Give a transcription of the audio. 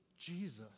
Jesus